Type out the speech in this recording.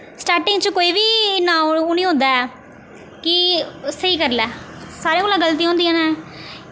starting च कोई बी इन्ना ओह् निं होंदा ऐ कि स्हेई करी लै सारें कोला गल्तियां होंदियां न